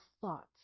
thoughts